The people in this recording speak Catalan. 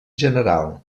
general